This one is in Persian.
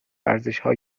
ارزشهای